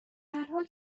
هرحال